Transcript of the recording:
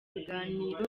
biganiro